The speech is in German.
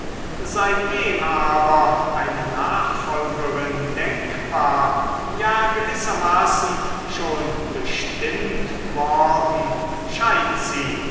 seitdem aber eine nachfolgerin denkbar ja gewissermaßen schon bestimmt worden scheint sie